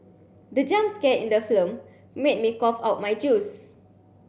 the jump scare in the film made me cough out my juice